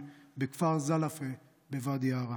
בכפר זלפה בוואדי עארה.